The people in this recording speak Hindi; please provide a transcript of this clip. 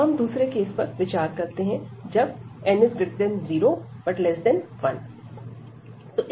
अब हम दूसरे केस पर विचार करते हैं जब 0n1